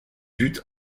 buts